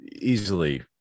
easily